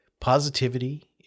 positivity